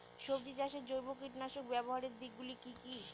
সবজি চাষে জৈব কীটনাশক ব্যাবহারের দিক গুলি কি কী?